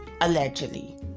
allegedly